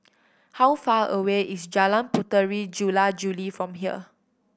how far away is Jalan Puteri Jula Juli from here